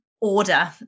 order